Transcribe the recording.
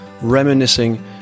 reminiscing